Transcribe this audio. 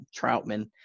Troutman